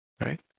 Right